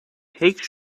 take